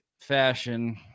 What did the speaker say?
fashion